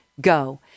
Go